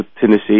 Tennessee